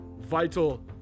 vital